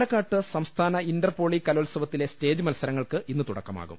പാലക്കാട്ട് സംസ്ഥാന inter poly കുലോത്സവത്തിലെ സ്റ്റേജ് മത്സരങ്ങൾക്ക് ഇന്ന് തുടക്കമാകും